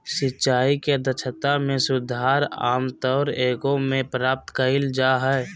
सिंचाई के दक्षता में सुधार आमतौर एगो में प्राप्त कइल जा हइ